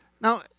Now